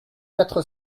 quatre